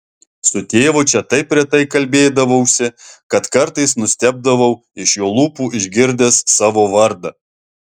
su tėvu čia taip retai kalbėdavausi kad kartais nustebdavau iš jo lūpų išgirdęs savo vardą